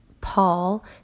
Paul